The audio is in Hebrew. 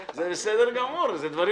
צריך שהזמן הזה, דרך האינטרנט.